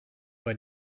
bei